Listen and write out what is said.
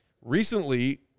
Recently